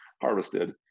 harvested